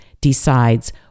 decides